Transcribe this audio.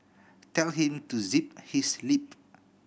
tell him to zip his lip